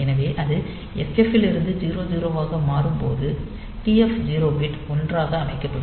எனவே அது FFல் இருந்து 00 ஆக மாறும் போது TF0 பிட் 1 ஆக அமைக்கப்படும்